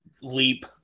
leap